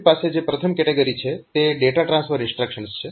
આપણી પાસે જે પ્રથમ કેટેગરી છે તે ડેટા ટ્રાન્સફર ઇન્સ્ટ્રક્શન્સ છે